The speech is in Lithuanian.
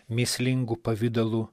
mįslingu pavidalu